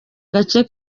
gace